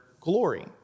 glory